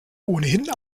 ohnehin